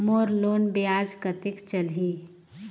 मोर loan ब्याज कतेक चलही?